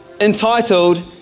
entitled